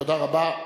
תודה רבה.